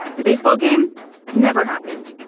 the baseball game never happened.